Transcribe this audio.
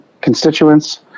constituents